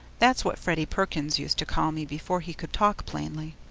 that's what freddy perkins used to call me before he could talk plainly.